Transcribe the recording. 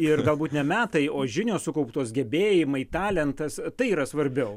ir galbūt ne metai o žinios sukauptos gebėjimai talentas tai yra svarbiau